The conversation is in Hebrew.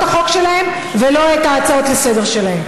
החוק שלהם ולא את ההצעות לסדר-היום שלהם.